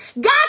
God